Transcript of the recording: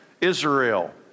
Israel